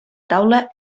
taula